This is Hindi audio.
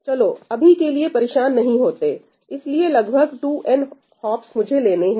चलो अभी के लिए परेशान नहीं होते इसलिए लगभग 2n हाप्स मुझे लेने हैं